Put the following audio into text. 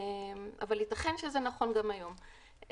אבל ייתכן שזה נכון גם היום.